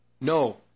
No